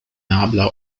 nabla